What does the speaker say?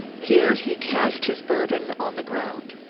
here he cast his burden on the ground.